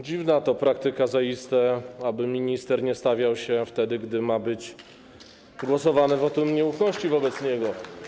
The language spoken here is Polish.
Dziwna to praktyka zaiste, aby minister nie stawiał się wtedy, gdy ma się odbyć głosowanie nad wotum nieufności wobec niego.